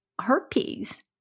herpes